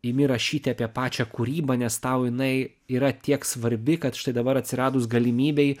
imi rašyti apie pačią kūrybą nes tau jinai yra tiek svarbi kad štai dabar atsiradus galimybei